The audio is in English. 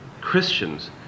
Christians